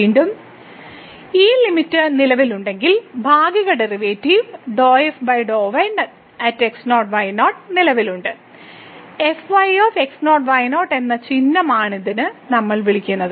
വീണ്ടും ഈ ലിമിറ്റ് നിലവിലുണ്ടെങ്കിൽ ഭാഗിക ഡെറിവേറ്റീവ് നിലവിലുണ്ടെന്നും x0 y0 യിൽ fyx0 y0 എന്ന ചിഹ്നമാണിതെന്നും നമ്മൾ വിളിക്കുന്നു